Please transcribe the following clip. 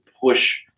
push